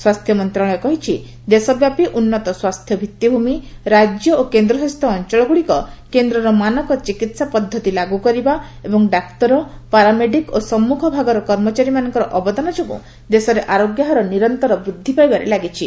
ସ୍ୱାସ୍ଥ୍ୟ ମନ୍ତ୍ରଣାଳୟ କହିଛି ଦେଶବ୍ୟାପୀ ଉନ୍ନତ ସ୍ୱାସ୍ଥ୍ୟ ଭିତ୍ତିଭୂମି ରାଜ୍ୟ ଓ କେନ୍ଦ୍ରଶାସିତ ଅଞ୍ଚଳଗୁଡ଼ିକ କେନ୍ଦ୍ରର ମାନକ ଚିକିତ୍ସା ପଦ୍ଧତି ଲାଗୁ କରିବା ଏବଂ ଡାକ୍ତର ପାରାମେଡିକ୍ ଓ ସମ୍ମୁଖ ଭାଗର କର୍ମଚାରୀମାନଙ୍କର ଅବଦାନ ଯୋଗୁଁ ଦେଶରେ ଆରୋଗ୍ୟ ହାର ନିରନ୍ତର ବୃଦ୍ଧି ପାଇବାରେ ଲାଗିଛି